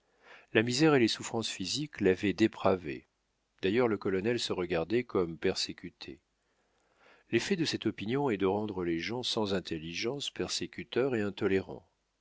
la misère et les souffrances physiques l'avaient dépravé d'ailleurs le colonel se regardait comme persécuté l'effet de cette opinion est de rendre les gens sans intelligence persécuteurs et intolérants